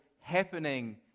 happening